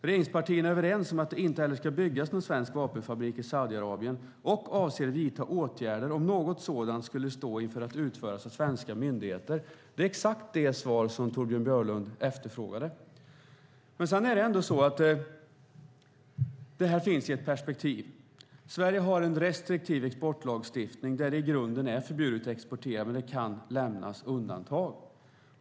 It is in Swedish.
Regeringspartierna är överens om att det inte ska byggas någon svensk vapenfabrik i Saudiarabien och avser att vidta åtgärder om något sådant skulle stå inför att utföras av svenska myndigheter. Det är exakt det svar som Torbjörn Björlund efterfrågade. Det här finns i ett perspektiv. Sverige har en restriktiv vapenexportlagstiftning. Det är i grunden förbjudet att exportera vapen men det kan lämnas undantag.